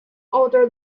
order